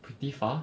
pretty far